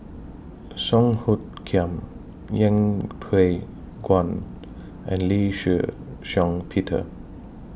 Song Hoot Kiam Yeng Pway Ngon and Lee Shih Shiong Peter